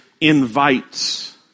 invites